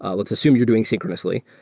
ah let's assume you're doing synchronously.